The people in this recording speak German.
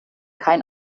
kein